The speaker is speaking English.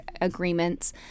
agreements